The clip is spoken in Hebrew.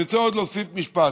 אני רוצה להוסיף עוד משפט.